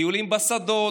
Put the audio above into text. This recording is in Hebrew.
טיולים בשדות,